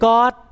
God